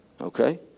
Okay